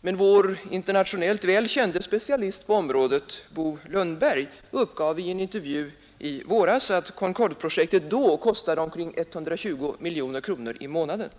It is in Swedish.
men vår internationellt väl kände specialist på området, Bo Lundberg, uppgav i en intervju i vaäras att Concordeprojektet då kostade omkring 120 miljoner kronor i månaden.